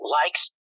likes